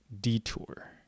detour